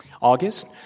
August